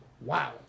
wow